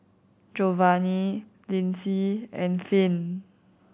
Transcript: Jovanni Lindsay and Finn